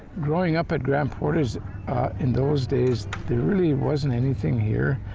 growing up at grand portage in those days, there really wasn't anything here.